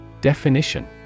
Definition